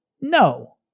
No